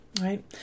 Right